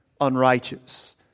unrighteous